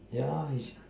ya he